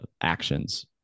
actions